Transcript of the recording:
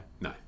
No